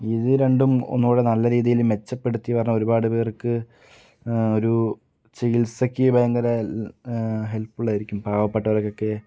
ഇത് രണ്ടും ഒന്നുകൂടെ നല്ല രീതിയിൽ മെച്ചപ്പെടുത്തി പറഞ്ഞാൽ ഒരുപാട് പേർക്ക് ഒരു ചികിത്സക്ക് ഭയങ്കര ഹെൽപ്ഫുൾ ആയിരിക്കും പാവപ്പെട്ടവർക്കൊക്കെ